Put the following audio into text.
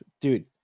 dude